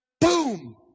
boom